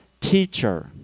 teacher